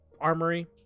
armory